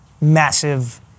massive